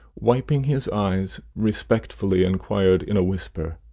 wiping his eyes, respectfully inquired, in a whisper,